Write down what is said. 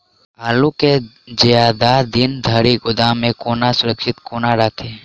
आलु केँ जियादा दिन धरि गोदाम मे कोना सुरक्षित कोना राखि?